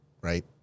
right